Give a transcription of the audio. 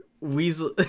Weasel